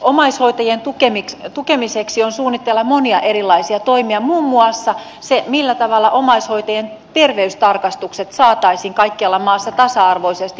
omais hoitajien tukemiseksi on suunnitteilla monia erilaisia toimia muun muassa se millä tavalla omaishoitajien terveystarkastukset saataisiin kaikkialla maassa tasa arvoisesti järjestettyä